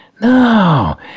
No